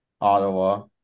Ottawa